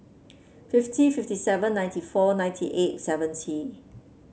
fifty fifty seven ninety four ninety eight seventy